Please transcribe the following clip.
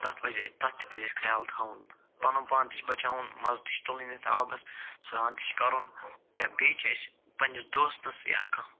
تَتھ پَزِ تَتھ تہِ پَزِ اَسہِ خیال تھاوُن پَنُن پان تہِ چھِ بچاوُن مَزٕ تہِ چھِ تُلُن یَتھ آبَس سرٛان تہِ چھِ کَرُن یا بیٚیہِ چھِ أسۍ پَنٛنِس دوستَس یا کانٛہہ